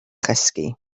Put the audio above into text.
chysgu